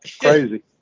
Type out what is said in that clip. Crazy